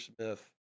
Smith